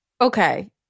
okay